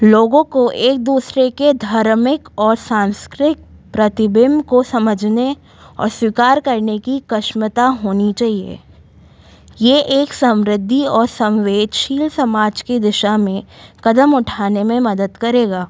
लोगों को एक दूसरे के धार्मिक और सांस्क्रिक प्रतिबिंब को समझने और स्वीकार करने की क्षमता होनी चाहिए ये एक समृद्धि और संवेदनशील समाज की दिशा में क़दम उठाने में मदद करेगा